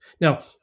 Now